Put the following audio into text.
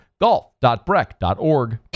golf.breck.org